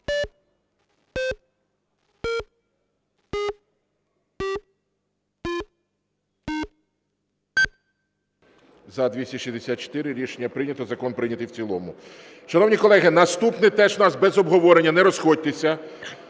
За-264 Рішення прийнято. Закон прийнятий в цілому. Шановні колеги, наступний теж у нас без обговорення, не розходьтеся.